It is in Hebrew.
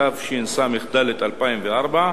התשס"ד 2004,